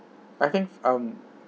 I think um